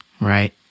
Right